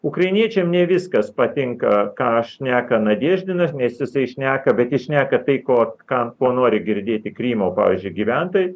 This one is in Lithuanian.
ukrainiečiam ne viskas patinka ką šneka nadeždinas nes jisai šneka bet jis šneka tai ko ką ko nori girdėti krymo pavyzdžiui gyventojai